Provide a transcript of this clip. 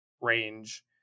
range